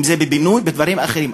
אם זה בבינוי או דברים אחרים.